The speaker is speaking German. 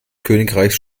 königreichs